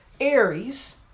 Aries